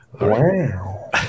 Wow